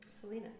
Selena